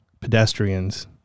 pedestrians